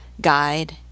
guide